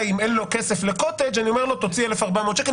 אם אין לו כסף לקוטג' אני אומר לו תוציא 1,400 שקל,